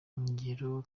ingero